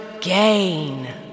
gain